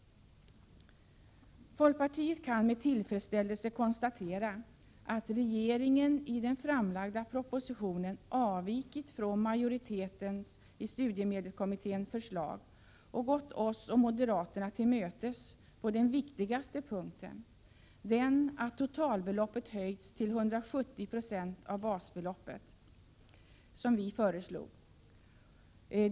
Folkpartiet kan med tillfredsställelse konstatera att regeringen i den framlagda propositionen avvikit från majoritetens i studiemedelskommittén förslag och gått oss och moderaterna till mötes på den viktigaste punkten, den att totalbeloppet höjts till 170 96 av basbeloppet som vi föreslog.